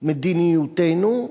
מדיניותנו: